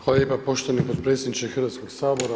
Hvala lijepa poštovani potpredsjedniče Hrvatskog sabora.